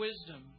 wisdom